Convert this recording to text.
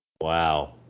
Wow